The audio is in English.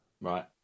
Right